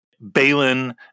Balin